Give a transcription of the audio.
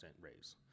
raise